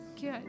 Good